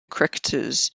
cricketers